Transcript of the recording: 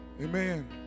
Amen